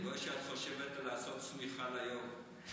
אני רואה שאת חושבת לעשות שמיכה ליו"ר.